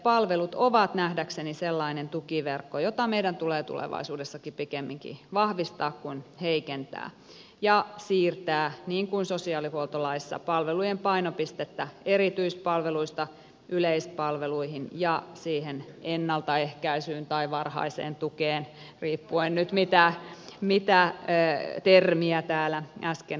palvelut ovat nähdäkseni sellainen tukiverkko jota meidän tulee tulevaisuudessakin pikemminkin vahvistaa kuin heikentää ja siirtää niin kuin sosiaalihuoltolaissa palvelujen painopistettä erityispalveluista yleispalveluihin ja siihen ennaltaehkäisyyn tai varhaiseen tukeen riippuen nyt siitä mitä termiä täällä äsken haluttiinkaan käyttää